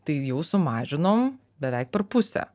tai jau sumažinom beveik per pusę